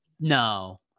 No